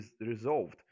resolved